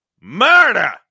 murder